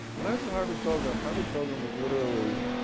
when i was at harvard pilgrim, harvard pilgrim was literally